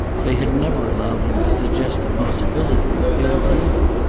they had never allowed him to suggest the possibility of ill-feeling.